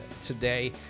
today